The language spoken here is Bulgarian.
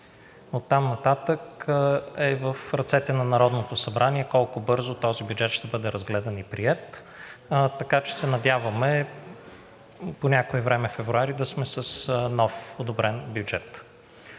оттам нататък е в ръцете на Народното събрание колко бързо този бюджет ще бъде разгледан и приет. Така че се надяваме по някое време – февруари, да сме с нов одобрен бюджет.